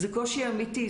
זה קושי אמיתי.